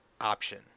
option